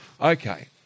Okay